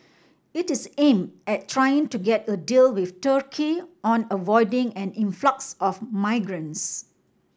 it is aim at trying to get a deal with Turkey on avoiding an influx of migrants